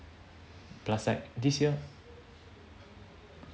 plus like this year